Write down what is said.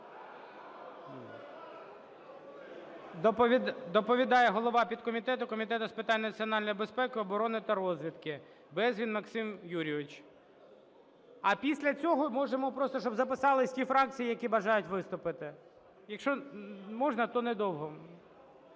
Доповідає голова підкомітету Комітету з питань національної безпеки, оборони та розвідки Березін Максим Юрійович. А після цього можемо просто щоб записались ті фракції, які бажають виступити. Якщо можна, то недовго.